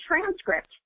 transcript